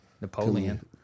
Napoleon